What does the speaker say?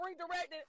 redirected